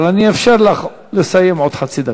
אבל אני אאפשר לך לסיים עוד חצי דקה.